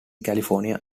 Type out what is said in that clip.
california